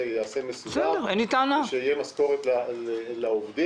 ייעשה באופן מסודר ושתהיה משכורת לעובדים.